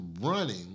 running